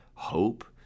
hope